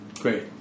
Great